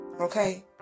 Okay